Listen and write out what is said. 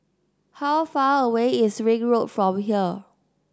how far away is Ring Road from here